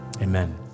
Amen